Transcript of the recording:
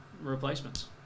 replacements